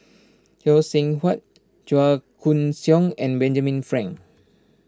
Phay Seng Whatt Chua Koon Siong and Benjamin Frank